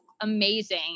amazing